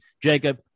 Jacob